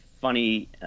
funny